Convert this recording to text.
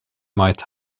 might